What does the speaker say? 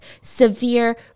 Severe